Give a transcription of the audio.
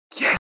Yes